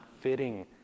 fitting